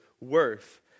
worth